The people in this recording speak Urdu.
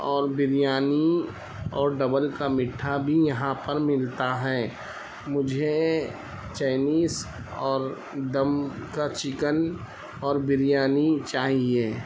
اور بریانی اور ڈبل کا مٹھا بھی یہاں پر ملتا ہے مجھے چائنیز اور دم کا چکن اور بریانی چاہیے